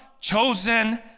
chosen